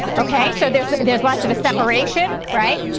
okay, so there's there's lots of a separation, right?